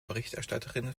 berichterstatterin